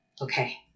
Okay